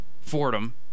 Fordham